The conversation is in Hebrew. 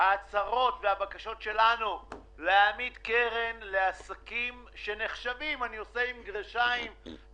ההצהרות והבקשות שלנו להעמיד קרן לעסקים שנחשבים "מסוכנים",